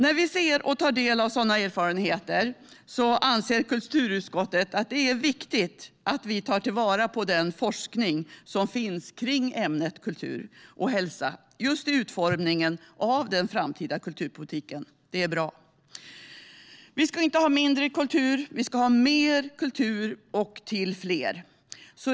När vi ser och tar del av sådana erfarenheter anser kulturutskottet att det är viktigt att vi tar till vara den forskning som finns kring ämnet kultur och hälsa just i utformningen av den framtida kulturpolitiken. Det är bra. Vi ska inte ha mindre kultur; vi ska ha mer kultur, och till fler.